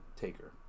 taker